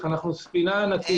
אנו ספינה ענקית.